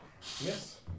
Yes